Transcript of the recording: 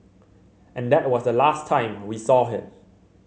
and that was the last time we saw him